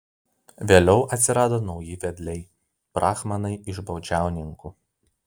vėliau atsirado nauji vedliai brahmanai iš baudžiauninkų